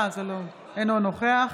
אינו נוכח